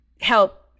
help